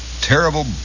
terrible